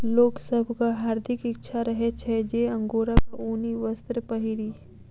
लोक सभक हार्दिक इच्छा रहैत छै जे अंगोराक ऊनी वस्त्र पहिरी